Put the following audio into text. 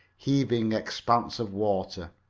heaving expanse of water.